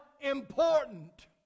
important